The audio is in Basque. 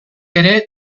ere